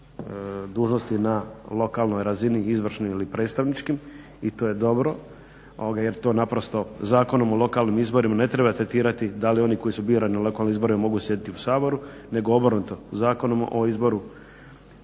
dužnosti na lokalnoj razini izvršnim ili predstavničkim. I to je dobro jer to naprosto Zakonom o lokalnim izborima ne treba tretirati da li oni koji su birani na lokalnim izborima mogu sjediti u Saboru nego obrnuto Zakonom o izboru